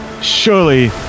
surely